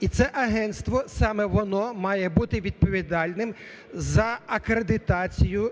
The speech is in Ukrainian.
і це агентство саме воно має бути відповідальним за акредитацію